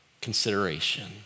consideration